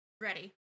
Ready